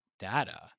data